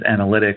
analytics